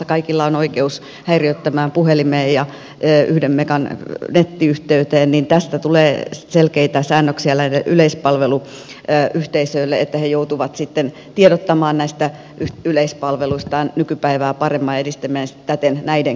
kun kaikilla on oikeus häiriöttömään puhelimeen ja yhden megan nettiyhteyteen niin tästä tulee selkeitä säännöksiä näille yleispalveluyhteisöille että he joutuvat tiedottamaan näistä yleispalveluistaan nykypäivää paremmin ja edistämään siten niiden käyttöä